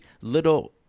little